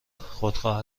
خودخواه